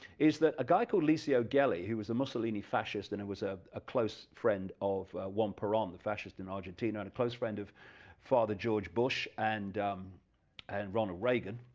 is that a guy called licio guelli who was a mussolini fascist, and it was a a close friend of juan peron the fascist in argentina and a close friend of father george bush, and and ronald reagan,